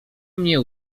mnie